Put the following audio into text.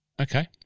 Okay